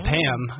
Pam